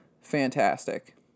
fantastic